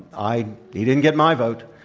i he didn't get my vote.